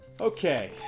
okay